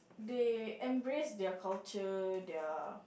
they embrace their culture their